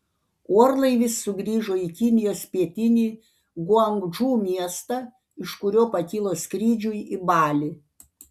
orlaivis sugrįžo į kinijos pietinį guangdžou miestą iš kurio pakilo skrydžiui į balį